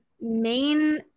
main